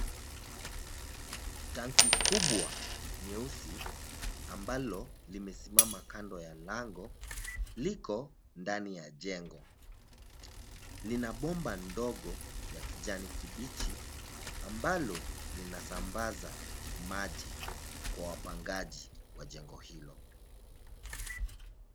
Tangi kubwa nyeusi, ambalo limesimama kando ya lango liko ndani ya jengo. Lina bomba ndogo ya kijani kibichi ambalo linasambaza maji kwa wapangaji wa jengo hilo.